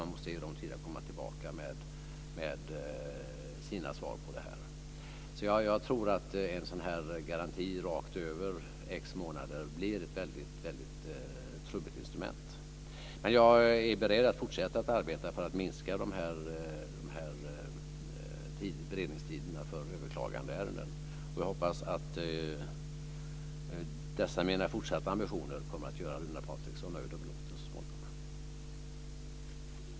Man måste sedan ge dem tid att komma tillbaka med sina svar på detta. Jag tror alltså att en sådan här garanti rakt över x månader blir ett väldigt trubbigt instrument. Men jag är beredd att fortsätta att arbeta för att minska beredningstiderna för överklagandeärenden, och jag hoppas att dessa mina fortsatta ambitioner kommer att göra Runar Patriksson nöjd och belåten så småningom.